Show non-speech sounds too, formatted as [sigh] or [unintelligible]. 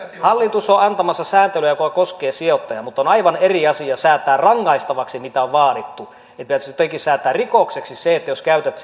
hallitus on antamassa sääntelyä joka koskee sijoittajaa mutta on aivan eri asia säätää rangaistavaksi mitä on vaadittu jotenkin säätää rikokseksi se jos käytät [unintelligible]